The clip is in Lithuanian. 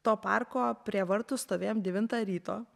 to parko prie vartų stovėjom devintą ryto